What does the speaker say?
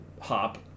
hop